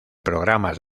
programas